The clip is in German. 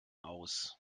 aus